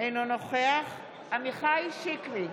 אינו נוכח עמיחי שיקלי,